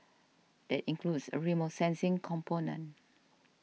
that includes a remote sensing component